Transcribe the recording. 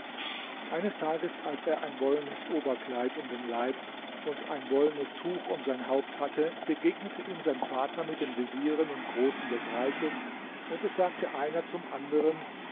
eines tages als er ein wollenes oberkleid um den leib und ein wollenes tuch um sein haupt hatte begegnete ihm sein vater mit den vezieren und großen des reiches und es sagte einer zum anderen